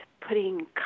putting